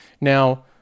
Now